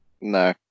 No